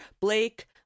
Blake